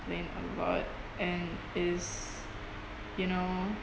a lot and is you know